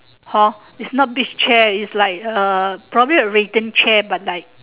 hor it's not this chair it's like uh probably a written chair but like